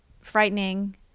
frightening